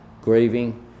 grieving